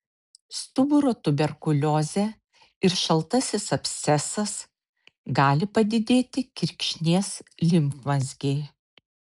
stuburo tuberkuliozė ir šaltasis abscesas gali padidėti kirkšnies limfmazgiai